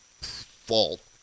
fault